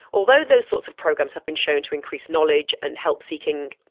although those sorts of programs have been shown to increase knowledge and help-seeking,